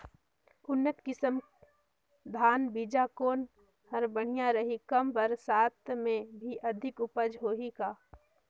उन्नत किसम धान बीजा कौन हर बढ़िया रही? कम बरसात मे भी अधिक उपज होही का?